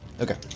okay